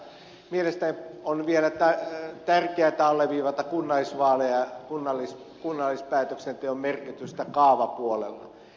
mielestäni on vielä tärkeätä alleviivata kunnallisvaaleja kunnallispäätöksenteon merkitystä kaavapuolella